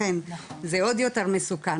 לכן זה עוד יותר מסוכן,